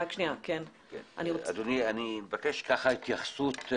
אדוני, אני מבקש התייחסות.